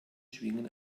schwingen